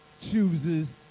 chooses